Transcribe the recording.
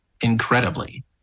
incredibly